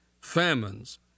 famines